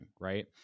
right